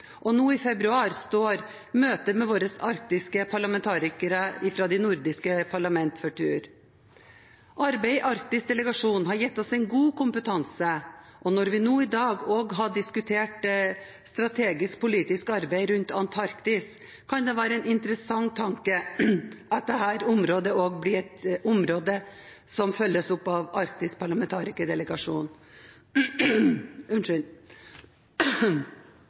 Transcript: Nå i februar står møte med våre arktiske parlamentarikere fra de nordiske parlamentene for tur. Arbeidet i arktisk delegasjon har gitt oss en god kompetanse, og når vi nå i dag også har diskutert strategisk politisk arbeid rundt Antarktis, kan det være en interessant tanke at dette området også blir et område som følges opp av arktisk